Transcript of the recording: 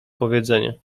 powiedzenie